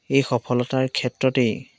এই সফলতাৰ ক্ষেত্ৰতেই